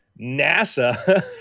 NASA